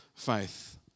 faith